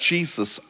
Jesus